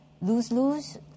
lose-lose